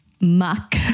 muck